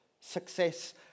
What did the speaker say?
success